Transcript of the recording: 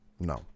no